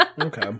Okay